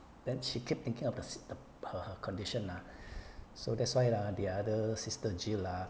then she keep thinking of the of the her her condition lah so that's why lah the other sister jill ah